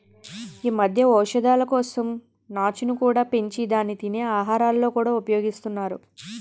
ఈ మధ్య ఔషధాల కోసం నాచును కూడా పెంచి దాన్ని తినే ఆహారాలలో కూడా ఉపయోగిస్తున్నారు